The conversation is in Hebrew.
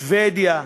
שבדיה,